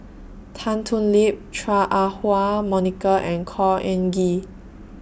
Tan Thoon Lip Chua Ah Huwa Monica and Khor Ean Ghee